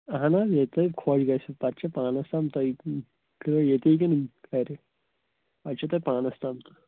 اَہَن حظ ییٚتہِ تۄہہِ خۄش گَژھِوٕ پَتہٕ چھُ پانَس تام تۄہہِ کہٕ ییٚتی کِنہٕ گَرِ پَتہٕ چھُو تۄہہِ پانَس تام